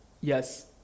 Yes